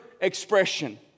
expression